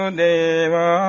deva